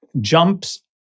jumps